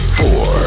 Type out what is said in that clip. four